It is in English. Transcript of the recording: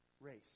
race